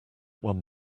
one